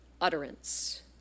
utterance